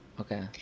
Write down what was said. Okay